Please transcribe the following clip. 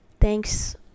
thanks